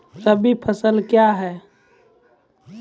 रबी फसल क्या हैं?